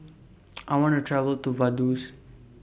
I want to travel to Vaduz